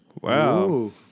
Wow